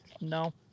No